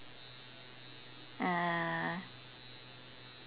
uh